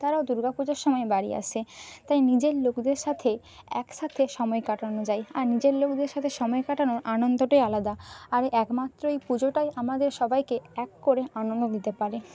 তারাও দুর্গা পূজার সময় বাড়ি আসে তাই নিজের লোকদের সাথে একসাথে সময় কাটানো যায় আর নিজের লোকদের সাথে সময় কাটানোর আনন্দটাই আলাদা আর একমাত্র এই পুজোটাই আমাদের সবাইকে এক করে আনন্দ দিতে পারে